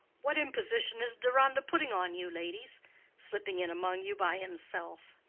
what imposition is deronda putting on you, ladies slipping in among you by himself?